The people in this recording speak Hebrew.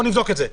בוא נבדוק את זה.